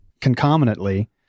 concomitantly